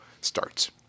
starts